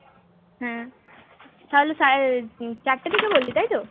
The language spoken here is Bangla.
হ্যাঁ তাহলে সাড়ে চারটে থেকে বললি তাই তো